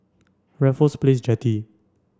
Raffles Place Jetty